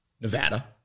Nevada